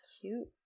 cute